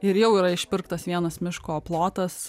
ir jau yra išpirktas vienas miško plotas